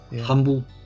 humble